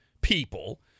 people